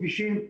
כבישים,